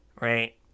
Right